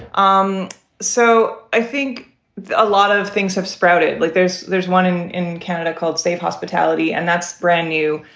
um so i think a lot of things have sprouted like there's there's one in in canada called stav hospitality, and that's brand new.